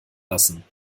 lassen